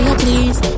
please